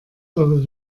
eure